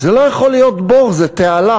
זה לא יכול להיות בור, זו תעלה,